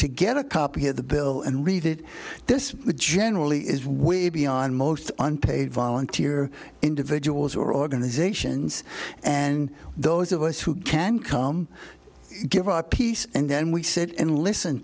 to get a copy of the bill and read it this generally is way beyond most unpaid volunteer individuals or organizations and those of us who can come give a piece and then we sit and listen